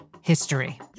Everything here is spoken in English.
history